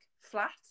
flat